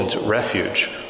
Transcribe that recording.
refuge